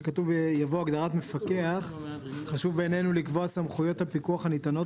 שכתוב: יבוא הגדרת מפקח חשוב בעינינו לקבוע סמכויות הפיקוח הניתנות